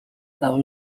par